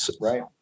Right